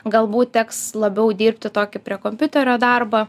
galbūt teks labiau dirbti tokį prie kompiuterio darbą